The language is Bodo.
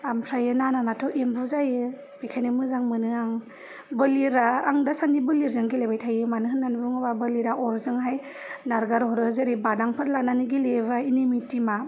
ओमफ्राय नाना नाथ एमबु जायो बेखायनो मोजां मोनो आं बोलिरआ आं दासानदि बोलिरजों गेलेबाय थायो मानो होननानै बुङोब्ला बोलिरआ अरजोंहाय नारगारहरो जेरै बादांफोर लानानै गेलेयोब्ला एनिमे थिमा